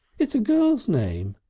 it's a girl's name!